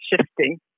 shifting